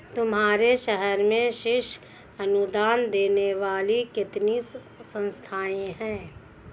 तुम्हारे शहर में शीर्ष अनुदान देने वाली कितनी संस्थाएं हैं?